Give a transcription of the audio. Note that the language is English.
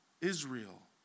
Israel